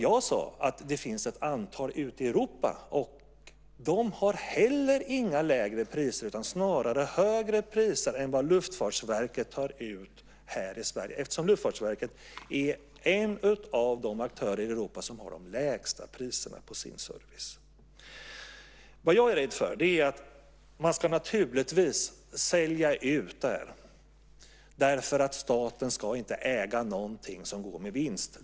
Jag sade att det finns ett antal ute i Europa. De har heller inga lägre priser, utan snarare högre priser än vad Luftfartsverket tar ut här i Sverige. Luftfartsverket är en av de aktörer i Europa som har de lägsta priserna på sin service. Man ska naturligtvis sälja ut detta, eftersom staten inte ska äga något som går med vinst.